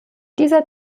dieser